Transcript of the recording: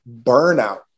burnout